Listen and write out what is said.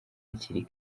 hakiri